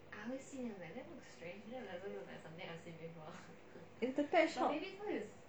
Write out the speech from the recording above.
is the pet shop